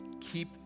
keep